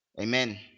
Amen